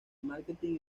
marketing